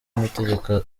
amategeko